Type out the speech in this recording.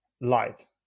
light